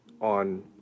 on